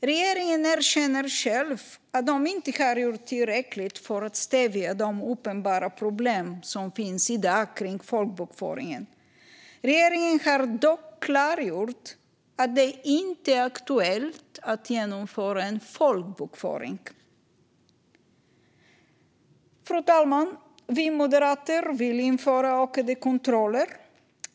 Regeringen erkänner själv att den inte gjort tillräckligt för att stävja de uppenbara problem som finns i dag kring folkbokföringen. Regeringen har dock klargjort att det inte är aktuellt att genomföra en folkräkning. Fru talman! Vi moderater vill införa ökade kontroller.